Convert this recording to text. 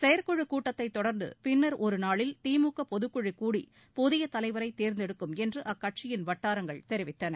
செயற்குழுக் கூட்டத்தை தொடர்ந்து பின்னர் ஒரு நாளில் திமுக பொதுக்குழு கூடி புதிய தலைவரை தேர்ந்தெடுக்கும் என்று அக்கட்சியின் வட்டாரங்கள் தெரிவித்தன